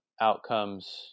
outcomes